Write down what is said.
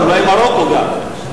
אולי מרוקו גם.